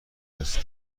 است